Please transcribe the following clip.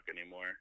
anymore